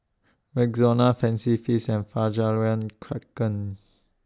Rexona Fancy Feast and Fjallraven Kanken